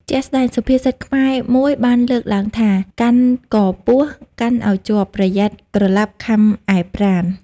ជាក់ស្ដែងសុភាសិតខ្មែរមួយបានលើកឡើងថា" កាន់កពស់កាន់ឲ្យជាប់ប្រយ័ត្នក្រឡាប់ខាំឯប្រាណ"។